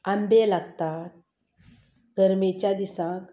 आंबे लागतात गरमेच्या दिसा